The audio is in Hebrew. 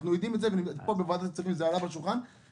אנחנו יודעים את זה כי זה עלה פה בשולחן בוועדת הכספים.